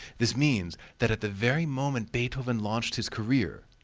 this means that at the very moment beethoven launched his career,